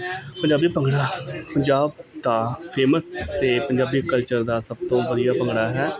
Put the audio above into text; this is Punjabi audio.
ਪੰਜਾਬੀ ਭੰਗੜਾ ਪੰਜਾਬ ਦਾ ਫੇਮਸ ਅਤੇ ਪੰਜਾਬੀ ਕਲਚਰ ਦਾ ਸਭ ਤੋਂ ਵਧੀਆ ਭੰਗੜਾ ਹੈ